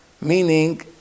Meaning